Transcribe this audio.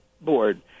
board